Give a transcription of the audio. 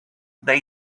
they